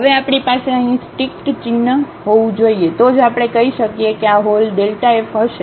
હવે આપણી પાસે અહીં સ્ટીક્ટ ચિહ્ન હોવું જોઈએ તો જ આપણે કહી શકીએ કે આ હોલ f હશે